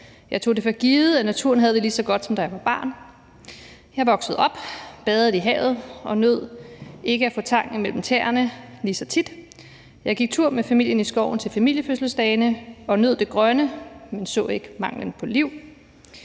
Jeg tog det for givet, at naturen havde det lige så godt, som da jeg var barn. Jeg voksede op, badede i havet og nød ikke at få tang imellem tæerne lige så tit. Jeg gik tur med familien i skoven til familiefødselsdagene og nød det grønne, men så ikke manglen på liv.